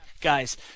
guys